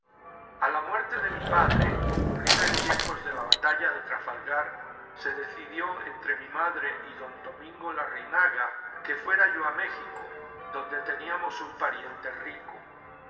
a la muerte de mi padre ocurrida en tiempos de la batalla de trafalgar se decidió entre mi madre y don domingo larrinaga que fuera yo a méjico donde teníamos un pariente rico